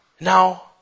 Now